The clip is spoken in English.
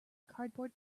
cardboard